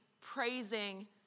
praising